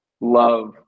love